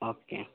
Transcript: okay